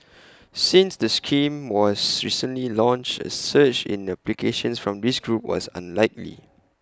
since the scheme was recently launched A surge in applications from this group was unlikely